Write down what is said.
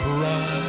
Cry